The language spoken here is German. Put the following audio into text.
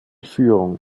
führung